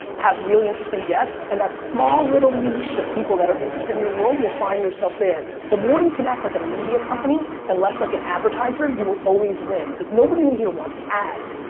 have really interesting guests, and that small little niche of people that are interested in your world will find yourself there. the more you can act like a media company, and less like an advertiser, you will always win. cause nobody in here wants ads.